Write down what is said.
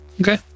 Okay